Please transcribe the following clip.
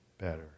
Better